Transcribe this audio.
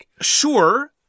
Sure